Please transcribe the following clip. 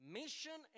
mission